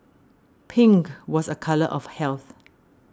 pink was a colour of health